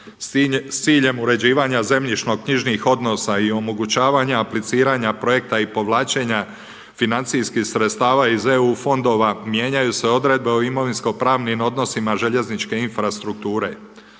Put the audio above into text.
s ciljem uređivanja zemljišno-knjižnih odnosa i omogućavanja apliciranja projekta i povlačenja financijskih sredstava iz eu fondova. Mijenjaju se odredbe o imovinskopravnim odnosima željezničkoj infrastrukturi.